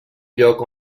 lloc